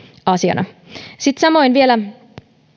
asiana sitten samoin vielä